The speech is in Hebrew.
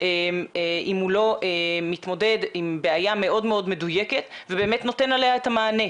אם הוא לא מתמודד עם בעיה מאוד מאוד מדויקת ובאמת נותן עליה את המענה,